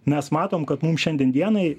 mes matom kad mum šiandien dienai